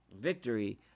victory